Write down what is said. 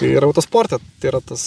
ir autosporte tai yra tas